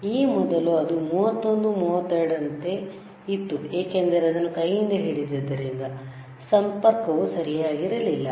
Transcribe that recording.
ಈ ಮೊದಲು ಅದು 31 32 ರಂತೆ ಇತ್ತು ಏಕೆಂದರೆ ಅದನ್ನು ಕೈಯಿಂದ ಹಿಡಿದಿದ್ದರಿಂದ ಸಂಪರ್ಕವು ಸರಿಯಾಗಿರಲಿಲ್ಲ